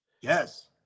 Yes